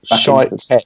shite